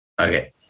Okay